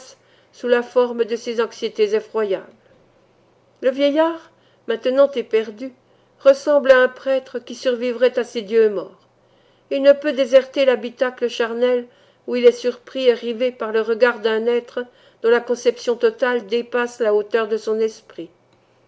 sous la forme de ces anxiétés effroyables le vieillard maintenant éperdu ressemble à un prêtre qui survivrait à ses dieux morts il ne peut déserter l'habitacle charnel où il est surpris et rivé par le regard d'un être dont la conception totale dépasse la hauteur de son esprit